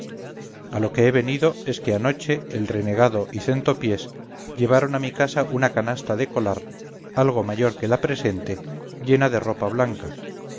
a lo que he venido es que anoche el renegado y centopiés llevaron a mi casa una canasta de colar algo mayor que la presente llena de ropa blanca